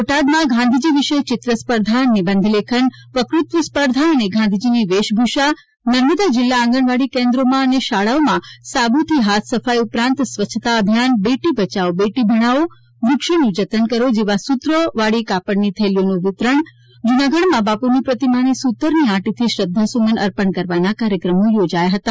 બોટાદમાં ગાંધીજી વિષે ચિત્રસ્પર્ધા નિબંધલેખન વકતૃત્વ સ્પર્ધા અને ગાંધીજીની વેશભૂષા નર્મદા જીલ્લાં આંગણવાડી કેન્દ્રોમાં અને શાળાઓમાં સાબુથી હાથસફાઇ ઉપરાંત સ્વચ્છતા અભિયાન બેટી બયાવો બેટી ભણાવો વૃક્ષોનું જતન કરો જેવાં સૂત્રોવાળી કાપડની થેલીઓનું વિતરણ જૂનાગઢમાં બાપુની પ્રતિમાને સુતરની આંટીથી શ્રદ્વાસુમન અર્પણ કરવાના કાર્યક્રમો યોજાયા હતા